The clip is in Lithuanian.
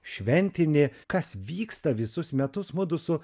šventinė kas vyksta visus metus mudu su